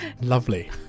Lovely